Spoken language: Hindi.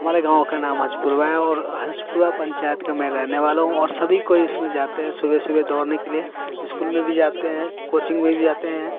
हमारे गाँव का नाम हजपुरवा है और हजपुरवा पंचायत का मैं रहने वाला हूँ और सभी कोई इसमें जाते हैं सुबह सुबह दौड़ने के लिए स्कूल में भी जाते हैं कोचिंग में भी जाते हैं